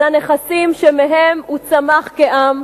על הנכסים שמהם הוא צמח כעם.